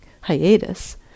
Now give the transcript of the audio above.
hiatus